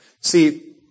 See